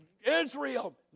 Israel